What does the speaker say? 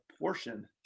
portion